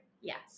Yes